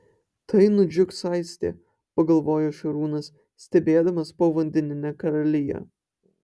tai nudžiugs aistė pagalvojo šarūnas stebėdamas povandeninę karaliją